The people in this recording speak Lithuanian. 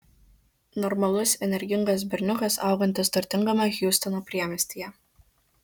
normalus energingas berniukas augantis turtingame hjustono priemiestyje